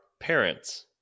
parents